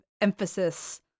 emphasis